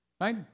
Right